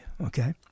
okay